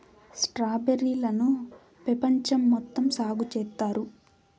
strawberry లను పెపంచం మొత్తం సాగు చేత్తారు